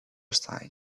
side